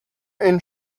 and